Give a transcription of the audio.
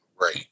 Right